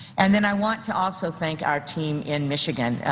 and then i want to also thank our team in michigan,